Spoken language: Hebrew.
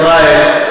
ישראל,